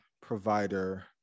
provider